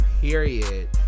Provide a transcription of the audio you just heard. Period